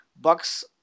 Bucks